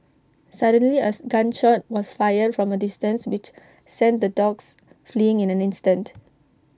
suddenly as gun shot was fired from A distance which sent the dogs fleeing in an instant